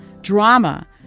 drama